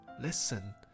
Listen